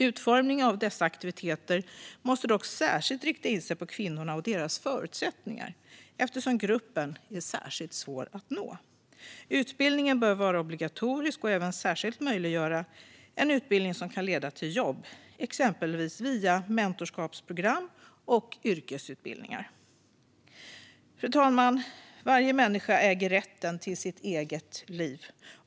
Utformningen av dessa aktiviteter måste dock särskilt rikta in sig på kvinnorna och deras förutsättningar eftersom gruppen är särskilt svår att nå. Utbildningen bör vara obligatorisk och leda till jobb, exempelvis via mentorskapsprogram och yrkesutbildningar. Fru talman! Varje människa äger rätten till sitt eget liv.